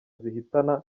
zihitana